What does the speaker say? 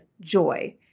joy